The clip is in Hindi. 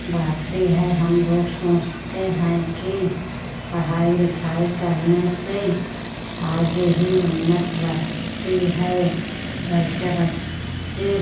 बढ़ता है हम लोग सोचते हैं कि पढ़ाई लिखाई करने से आगे ही उन्नत बढ़ती है लड़कियां बच्चे